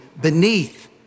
beneath